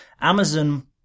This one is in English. amazon